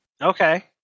Okay